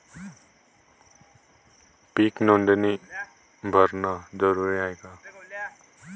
पीक नोंदनी भरनं जरूरी हाये का?